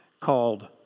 called